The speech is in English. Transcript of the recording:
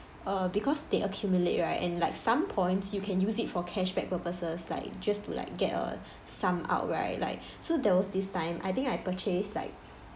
err because they accumulate right and like some points you can use it for cashback purposes like just to like get a sum out right like so there was this time I think I purchase like